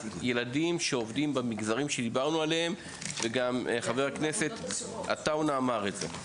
ילדים שעובדים במגזרים שדיברנו עליהם וגם חבר הכנסת עטאונה אמר את זה.